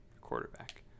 quarterback